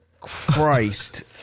Christ